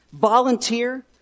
Volunteer